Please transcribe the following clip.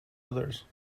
others